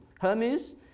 Hermes